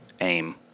aim